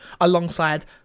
alongside